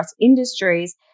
industries